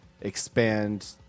expand